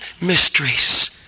mysteries